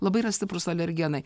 labai yra stiprūs alergenai